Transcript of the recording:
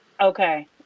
okay